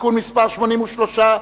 (תיקון מס' 83,